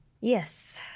Yes